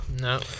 no